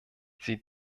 sie